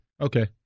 Okay